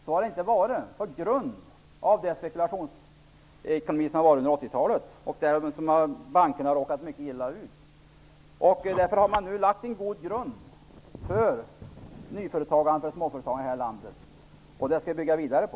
Så har det inte varit, på grund av spekulationsekonomin under 80-talet, där bankerna råkade mycket illa ut. Därför har vi nu lagt en mycket god grund för nyföretagande och småföretagande i det här landet, och den skall vi bygga vidare på.